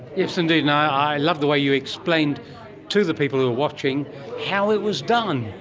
yes indeed, and i love the way you explained to the people who are watching how it was done,